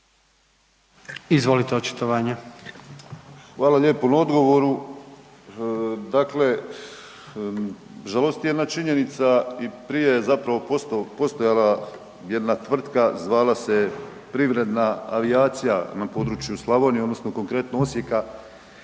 Ivan (DP)** Hvala lijepo na odgovoru. Dakle, žalosti jedna činjenica i prije je postojala jedna tvrtka, zvala se je Privredna avijacija na području Slavonije odnosno konkretno Osijeka,